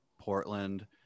portland